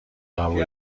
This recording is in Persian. قبول